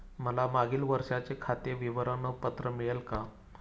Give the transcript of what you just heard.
मला मागील वर्षाचे खाते विवरण पत्र मिळेल का?